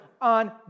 on